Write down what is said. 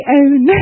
own